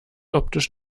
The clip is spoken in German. optisch